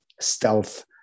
stealth